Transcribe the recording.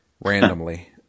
randomly